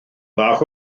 bach